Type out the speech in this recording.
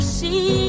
see